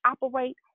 operate